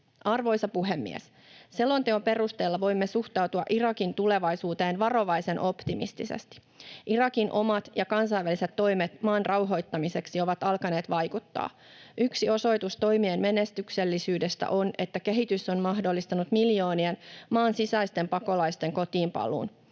Arvoisa puhemies! Selonteon perusteella voimme suhtautua Irakin tulevaisuuteen varovaisen optimistisesti. Irakin omat ja kansainväliset toimet maan rauhoittamiseksi ovat alkaneet vaikuttaa. Yksi osoitus toimien menetyksellisyydestä on, että kehitys on mahdollistanut miljoonien maan sisäisten pakolaisten kotiinpaluun.